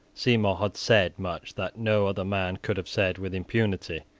seymour had said much that no other man could have said with impunity.